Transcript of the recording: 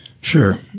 Sure